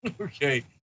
Okay